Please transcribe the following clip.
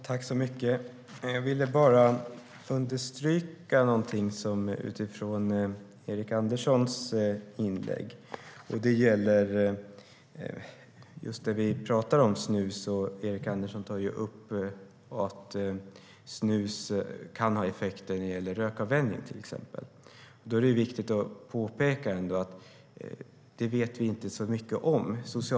Fru talman! Jag vill understryka en sak utifrån Erik Anderssons inlägg. Han tar upp att snus kan ha effekter när det gäller till exempel rökavvänjning. Då är det ändå viktigt att påpeka att vi inte vet så mycket om det.